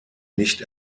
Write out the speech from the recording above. nicht